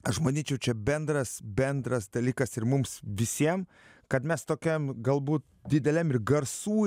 aš manyčiau čia bendras bendras dalykas ir mums visiem kad mes tokiam galbūt dideliam ir garsų